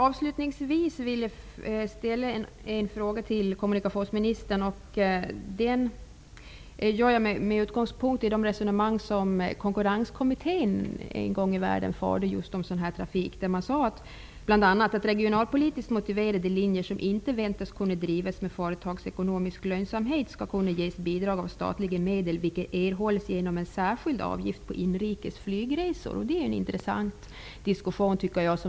Avslutningsvis vill jag ställa en fråga till kommunikationsministern med utgångspunkt från de resonemang som Konkurrenskommittén en gång i världen förde just om sådan här trafik. Man sade bl.a. att regionalpolitiskt motiverade linjer som inte väntas kunna drivas med företagsekonomisk lönsamhet skall kunna ges bidrag av statliga medel, vilket erhålls genom en särskild avgift på inrikes flygresor. Det är en intressant diskussion.